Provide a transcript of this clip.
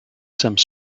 some